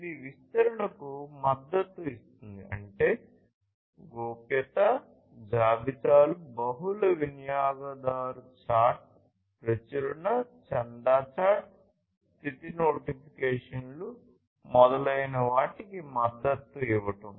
ఇది విస్తరణకు మద్దతు ఇస్తుంది అంటే గోప్యతా జాబితాలు బహుళ వినియోగదారు చాట్ ప్రచురణ చందా చాట్ స్థితి నోటిఫికేషన్లు మొదలైన వాటికి మద్దతు ఇవ్వడం